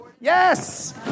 Yes